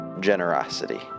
generosity